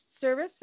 service